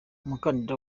umukandida